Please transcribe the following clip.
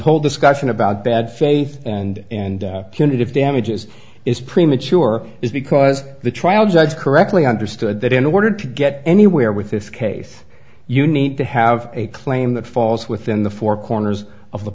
whole discussion about bad faith and and punitive damages is premature is because the trial judge correctly understood that in order to get anywhere with this case you need to have a claim that falls within the four corners of the